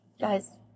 Guys